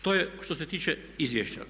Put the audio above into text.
To je što se tiče izvješća.